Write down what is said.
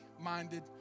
minded